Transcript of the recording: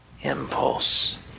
impulse